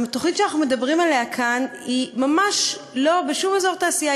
התוכנית שאנחנו מדברים עליה כאן היא ממש לא בשום אזור תעשייה,